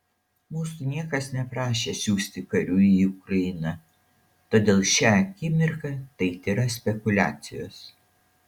mūsų niekas neprašė siųsti karių į ukrainą todėl šią akimirką tai tėra spekuliacijos